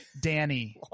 Danny